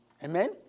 Amen